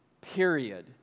period